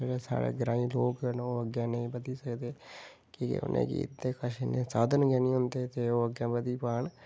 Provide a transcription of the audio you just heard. जेह्ड़ा साढ़ा ग्राईं लोक न ओह् अग्गें नेईं बधी सकदे कि के उ'नेंगी उं'दे कश इ'न्ने साधन गै नेईं होंदे ते ओह् अग्गें बधी पान